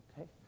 Okay